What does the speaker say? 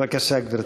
בבקשה, גברתי.